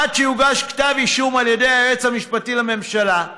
עד שיוגש כתב אישום על ידי היועץ המשפטי לממשלה,